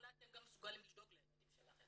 אולי אתם גם מסוגלים לדאוג לילדים שלכם,